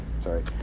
Sorry